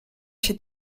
się